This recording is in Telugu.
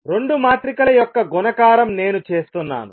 రెండు మాత్రికల యొక్క గుణకారం నేను చేస్తున్నాను